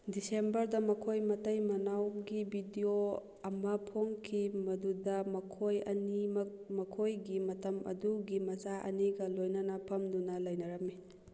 ꯗꯤꯁꯦꯝꯕꯔꯗ ꯃꯈꯣꯏ ꯃꯇꯩ ꯃꯅꯥꯎꯒꯤ ꯚꯤꯗꯤꯌꯣ ꯑꯃ ꯐꯣꯡꯈꯤ ꯃꯗꯨꯗ ꯃꯈꯣꯏ ꯑꯅꯤꯃꯛ ꯃꯈꯣꯏꯒꯤ ꯃꯇꯝ ꯑꯗꯨꯒꯤ ꯃꯆꯥ ꯑꯅꯤꯒ ꯂꯣꯏꯅꯅ ꯐꯝꯗꯨꯅ ꯂꯩꯅꯔꯝꯏ